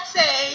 say